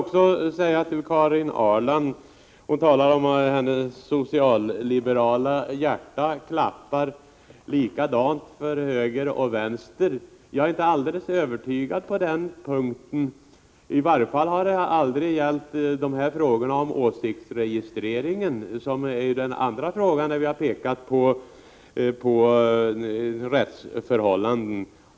Karin Ahrland säger att hennes socialliberala hjärta klappar likadant för höger och vänster. Jag är inte alldeles övertygad på den punkten. I varje fall har det aldrig gällt när det har handlat om åsiktsregistrering, som är den andra fråga där vi har pekat på brister i rättsförhållandena.